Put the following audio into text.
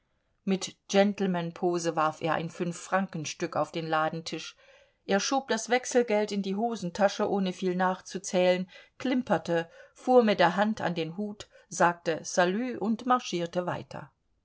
mit gentlemanpose warf er ein fünffrankenstück auf den ladentisch er schob das wechselgeld in die hosentasche ohne viel nachzuzählen klimperte fuhr mit der hand an den hut sagte salü und marschierte weiter